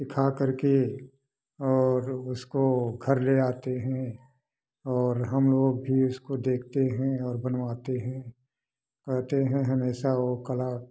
सीखा कर के और उसको घर ले आते हैं और हम लोग भी इसको देखते हैं और बनवाते हैं कहते हैं हमेशा वो कला